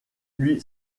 lui